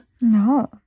No